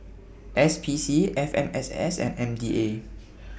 SPC FMSS and MDA